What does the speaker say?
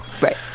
right